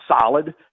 solid